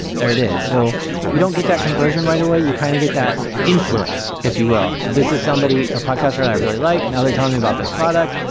there it is. so you don't get that conversion right away. you kind of get that influence, if you will. this is somebody, a podcaster that and i really like. now they're telling me about this product.